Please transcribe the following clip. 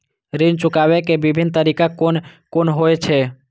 ऋण चुकाबे के विभिन्न तरीका कुन कुन होय छे?